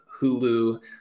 Hulu